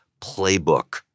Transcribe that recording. playbook